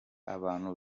abantu